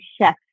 chef